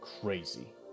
crazy